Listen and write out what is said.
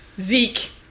Zeke